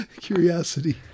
Curiosity